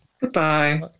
Goodbye